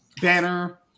banner